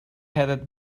headed